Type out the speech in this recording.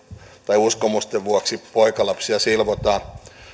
uskomusten vuoksi poikalapsia silvotaan